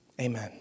Amen